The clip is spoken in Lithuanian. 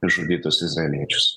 išžudytus izraeliečius